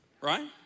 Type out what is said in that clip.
right